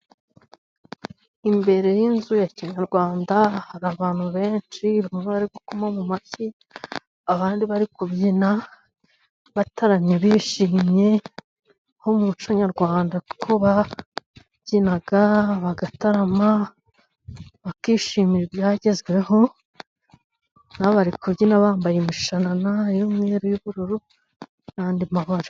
Imbere y'inzu ya kinyarwanda, hari abantu benshi bari gukoma mu mashyi, abandi bari kubyina, bataramye, bishimye, aho mu muco nyarwanda, kuko babyinaga, bagatarama, bakishimira ibyagezweho, nabo bari kubyina bambaye imishanana y'umweru, y'ubururu, n'andi mabara.